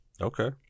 Okay